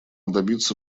добиться